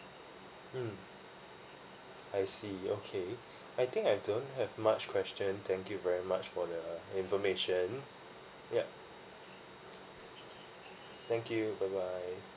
mm I see okay I think I don't have much question thank you very much for the information yup thank you bye bye